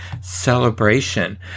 Celebration